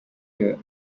year